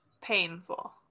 painful